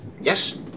yes